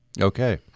Okay